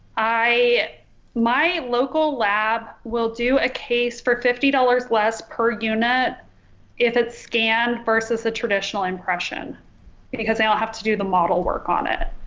i my local lab will do a case for fifty dollars less per unit if it's scanned versus a traditional impression because they all have to do the model work on it.